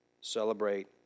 celebrate